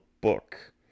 book